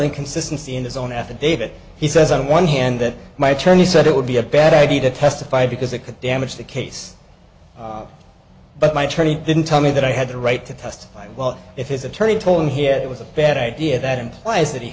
inconsistency in his own affidavit he says on one hand that my attorney said it would be a bad idea to testify because it could damage the case but my tourney didn't tell me that i had a right to test well if his attorney told him he had it was a bad idea that implies that he